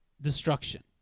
destruction